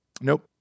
Nope